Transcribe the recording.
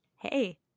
hey